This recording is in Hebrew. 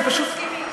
אנחנו מסכימים.